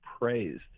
praised